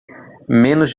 menos